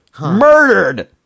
Murdered